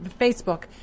Facebook